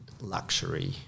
luxury